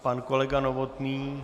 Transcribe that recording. Pan kolega Novotný?